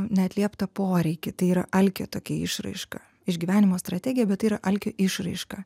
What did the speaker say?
neatlieptą poreikį tai yra alkio tokia išraiška išgyvenimo strategija bet tai yra alkio išraiška